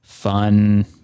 Fun